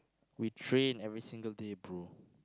we train every single day bro